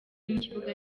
n’ikibuga